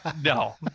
no